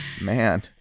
man